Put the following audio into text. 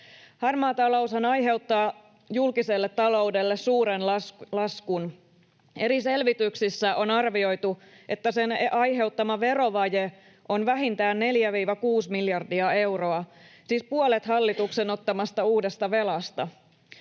Harmaa taloushan aiheuttaa julkiselle taloudelle suuren laskun. Eri selvityksissä on arvioitu, että sen aiheuttama verovaje on vähintään 4—6 miljardia euroa, siis puolet hallituksen ottamasta uudesta velasta.